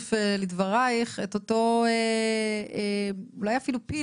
אוסיף לדברייך את אותו אולי אפילו פיל